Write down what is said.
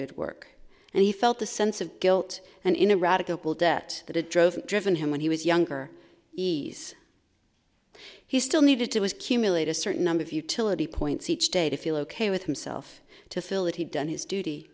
good work and he felt a sense of guilt and in a radical debt that it drove driven him when he was younger ease he still needed to his cumulate a certain number of utility points each day to feel ok with himself to fill it he'd done his duty